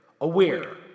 Aware